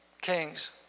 kings